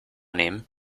nehmen